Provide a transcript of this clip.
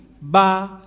ba